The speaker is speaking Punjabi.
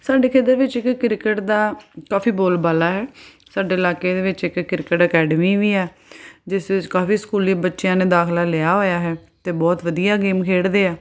ਸਾਡੇ ਖੇਤਰ ਵਿੱਚ ਇੱਕ ਕ੍ਰਿਕਟ ਦਾ ਕਾਫੀ ਬੋਲਬਾਲਾ ਹੈ ਸਾਡੇ ਇਲਾਕੇ ਦੇ ਵਿੱਚ ਇੱਕ ਕ੍ਰਿਕਟ ਅਕੈਡਮੀ ਵੀ ਹੈ ਜਿਸ ਵਿੱਚ ਕਾਫੀ ਸਕੂਲੀ ਬੱਚਿਆਂ ਨੇ ਦਾਖਲਾ ਲਿਆ ਹੋਇਆ ਹੈ ਅਤੇ ਬਹੁਤ ਵਧੀਆ ਗੇਮ ਖੇਡਦੇ ਆ